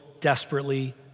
desperately